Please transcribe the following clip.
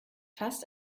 fast